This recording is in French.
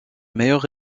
meilleures